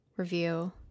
review